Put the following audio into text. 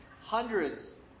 hundreds